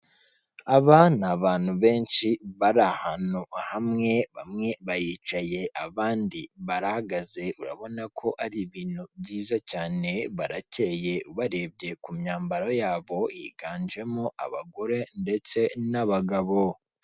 Aba ni abantu benshi bari ahantu hamwe bamwe baricaye abandi barahagaze, urabona ko ari ibintu byiza cyane barakeye, ubarebye ku myambaro yabo higanjemo abagore ndetse n'abagabo.